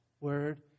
word